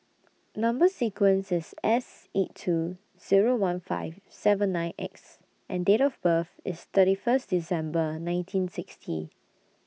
Number sequence IS S eight two Zero one five seven nine X and Date of birth IS thirty First December nineteen sixty